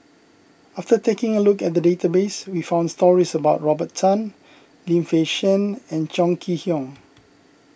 after taking a look at the database we found stories about Robert Tan Lim Fei Shen and Chong Kee Hiong